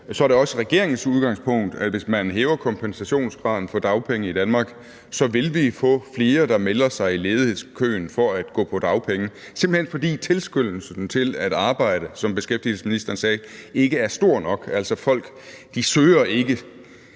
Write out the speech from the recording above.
så er det også regeringens udgangspunkt, at hvis man hæver kompensationsgraden for dagpenge i Danmark, så vil vi få flere, der melder sig i ledighedskøen for at gå på dagpenge, simpelt hen fordi tilskyndelsen til at arbejde, som beskæftigelsesministeren sagde, ikke er stor nok. Altså, folk søger ikke